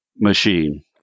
machine